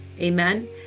Amen